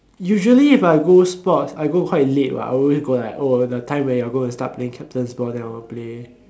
usually if I go sports I go quite late what I always go like oh when the time when you are gonna start playing captains ball then I'll play